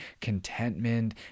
contentment